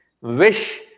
Wish